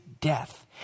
death